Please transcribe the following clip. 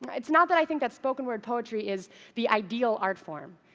it's not that i think that spoken-word poetry is the ideal art form.